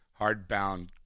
hardbound